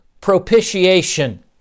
Propitiation